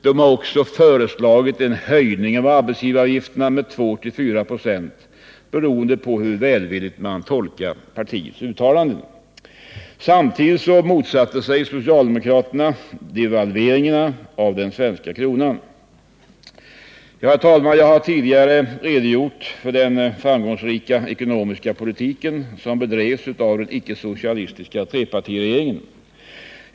"De har också föreslagit en höjning av arbetsgivaravgifterna med 2-4 ”., beroende på hur välvilligt man tolkar partiets uttalanden. Samtidigt motsatte sig socialdemokraterna devalveringarna av den svenska kronan. Herr talman! Jag har tidigare redogjort för den framgångsrika ekonomiska politik som bedrevs av den icke-socialistiska trepartiregeringen.